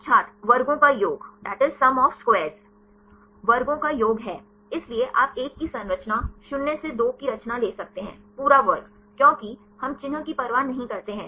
छात्र वर्गों का योग वर्गों का योग है इसलिए आप 1 की संरचना शून्य से 2 की रचना ले सकते हैं पूरा वर्ग क्योंकि हम चिन्ह की परवाह नहीं करते हैं